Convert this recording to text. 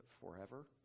forever